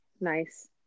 nice